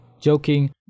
joking